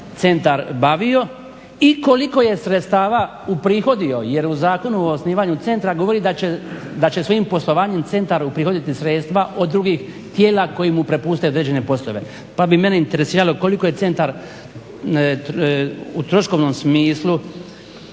centar bavio i koliko je sredstava uprihodio. Jer u Zakonu o osnivanju centra govori da će svojim poslovanjem centar uprihoditi sredstva od drugih tijela koja mu prepuste određene poslove. Pa bi mene interesiralo koliko je centar u troškovnom smislu